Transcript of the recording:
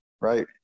right